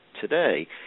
today